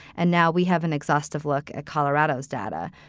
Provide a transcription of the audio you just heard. and now we have an exhaustive look at colorado's data,